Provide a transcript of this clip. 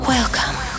Welcome